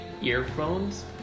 earphones